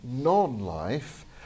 non-life